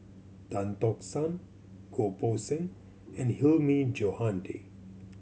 Tan Tock San Goh Poh Seng and Hilmi Johandi